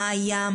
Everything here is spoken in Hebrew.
מה היה,